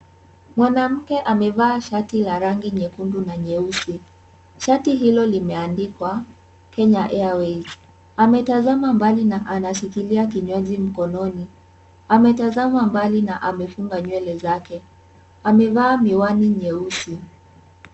Mwanamke amevaa shati la rangi nyekundu na nyeusi. Shati hilo limeandikwa Kenya airways . Anatazama mbali na anashikilia kinywaji mkononi. Ametazama mbali na amefunga nywele zake. Amevaa miwani nyeusi.